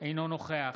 אינו נוכח